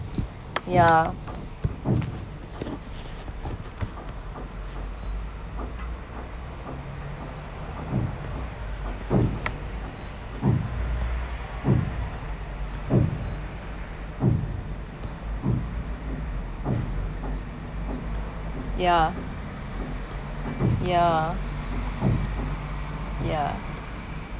ya ya ya ya